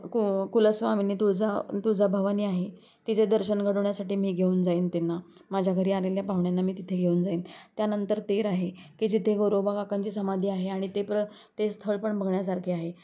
कु कुलस्वामिनी तुळजा तुळजाभवानी आहे तिचे दर्शन घडवण्यासाठी मी घेऊन जाईन त्यांना माझ्या घरी आलेल्या पाहुण्यांना मी तिथे घेऊन जाईन त्यानंतर तेर आहे की जिथे गोरोबाकाकांची समाधी आहे आणि ते प्र ते स्थळ पण बघण्यासारखे आहे